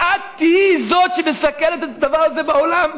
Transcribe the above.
ואת תהיי זאת שמסקרת את הדבר זה בעולם.